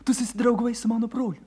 tu susidraugavai su mano broliu